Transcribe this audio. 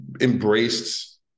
embraced